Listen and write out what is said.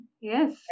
Yes